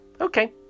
Okay